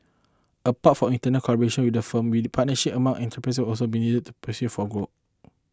apart from internal collaboration within a firm partnership among enterprise will also be needed in their pursuit for growth